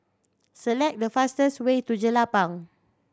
select the fastest way to Jelapang